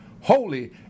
holy